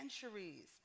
centuries